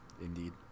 indeed